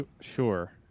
Sure